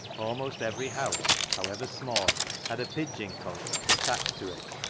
almost every house, how ever small, had a pigeon-cote attached to it,